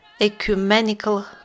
ecumenical